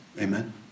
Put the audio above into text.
Amen